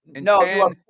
No